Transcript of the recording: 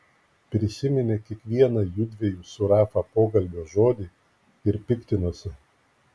prisiminė kiekvieną jųdviejų su rafa pokalbio žodį ir piktinosi